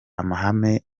amahame